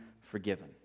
forgiven